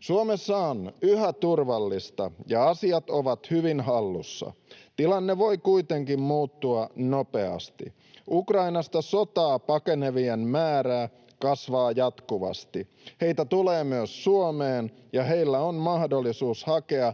Suomessa on yhä turvallista ja asiat ovat hyvin hallussa. Tilanne voi kuitenkin muuttua nopeasti. Ukrainasta sotaa pakenevien määrä kasvaa jatkuvasti. Heitä tulee myös Suomeen, ja heillä on mahdollisuus hakea